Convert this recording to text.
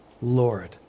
Lord